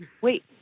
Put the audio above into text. Wait